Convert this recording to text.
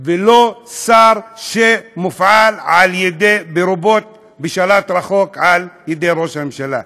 ולא שר שמופעל כרובוט בשלט רחוק על ידי ראש הממשלה.